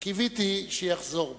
קיוויתי שיחזור בו,